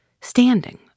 standing